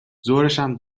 ظهرشم